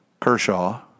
Kershaw